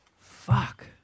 Fuck